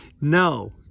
No